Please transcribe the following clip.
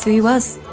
he was,